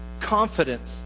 confidence